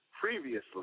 previously